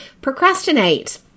Procrastinate